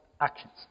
actions